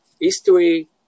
history